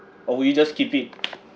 or will you just keep it